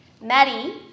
Maddie